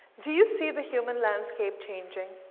do you see the human landscape changing?